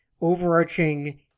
overarching